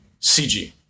CG